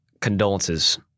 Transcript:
Condolences